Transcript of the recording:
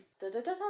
Da-da-da-da